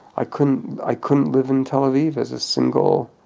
i couldn't i couldn't live in tel aviv as a single,